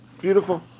Beautiful